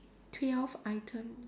twelve item